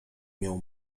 miał